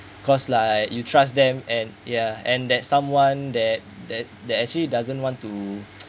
cause like you trust them and ya and that someone that that that actually doesn't want to